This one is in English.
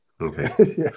okay